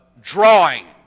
drawing